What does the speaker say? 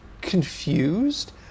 confused